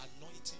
anointing